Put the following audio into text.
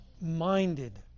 minded